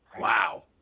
Wow